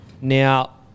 Now